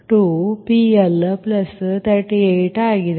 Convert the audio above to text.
2 PL38 ಆಗಿದೆ